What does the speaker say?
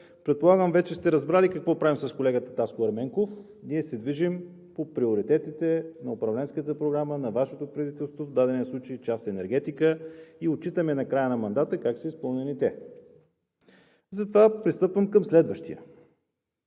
предполагам вече сте разбрали какво правим с колегата Таско Ерменков – ние се движим по приоритетите на управленската програма на Вашето правителство, в дадения случай част „Енергетика“ и отчитаме на края на мандата как са изпълнени те. Затова пристъпвам към следващия.